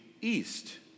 East